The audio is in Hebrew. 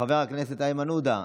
חבר הכנסת איימן עודה,